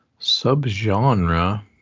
Subgenre